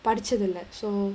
படிச்சதில்ல:padichathilla so